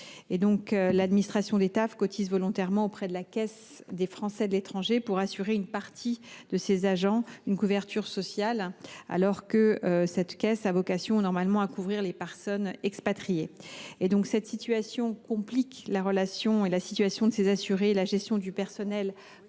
L’administration des Taaf cotise donc volontairement auprès de la Caisse des Français de l’étranger (CFE) pour assurer à une partie de ces agents une couverture sociale alors que cette caisse a normalement vocation à couvrir les personnes expatriées. Cette situation complique la situation de ces assurés et la gestion du personnel